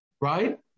Right